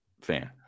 fan